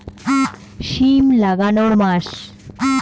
সিম লাগানোর মাস?